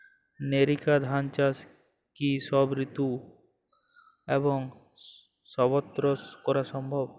NERICA ধান চাষ কি সব ঋতু এবং সবত্র করা সম্ভব?